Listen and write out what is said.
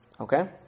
Okay